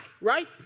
Right